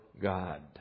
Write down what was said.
God